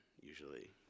usually